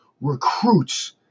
recruits